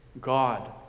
God